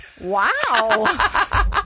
Wow